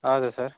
ಹೌದ ಸರ್